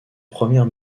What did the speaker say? première